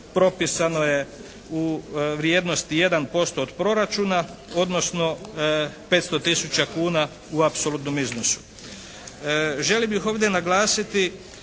propisano je u vrijednosti 1% od proračuna, odnosno 500 tisuća kuna u apsolutnom iznosu. Želio bih ovdje naglasiti